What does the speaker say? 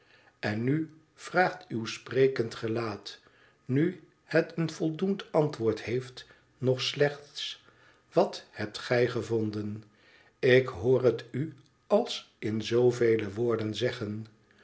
n nu vraagt uw sprekend gelaat nu het een voldoend antwoord heeft nog slechts wat hebt gij gevonden ik hoor het u als in zoovele woorden zeggen